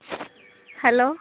hello